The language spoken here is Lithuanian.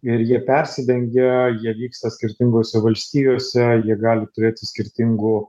ir jie persidengia jie vyksta skirtingose valstijose jie gali turėti skirtingų